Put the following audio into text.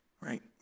right